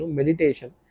meditation